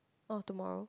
or tomorrow